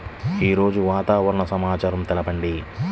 ఈరోజు వాతావరణ సమాచారం తెలుపండి